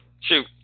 Shoot